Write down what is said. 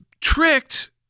tricked